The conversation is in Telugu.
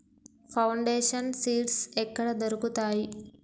ఫౌండేషన్ సీడ్స్ ఎక్కడ దొరుకుతాయి?